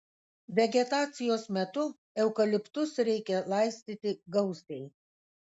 vegetacijos metu eukaliptus reikia laistyti gausiai